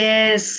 Yes